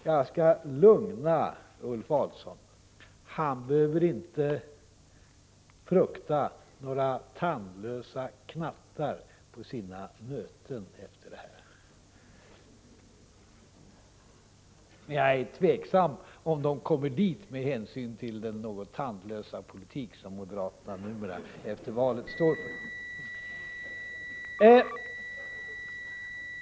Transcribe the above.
Jag skall lugna Ulf Adelsohn. Han behöver inte frukta några tandlösa knattar på sina möten efter detta. Men jag är tveksam till om de kommer dit, med hänsyn till den något tandlösa politik som moderaterna numera, efter valet, står för.